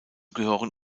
gehören